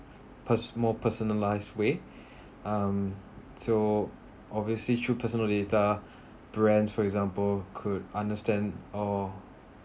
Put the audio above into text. perso~ more personalized way um so obviously through personal data brands for example could understand oh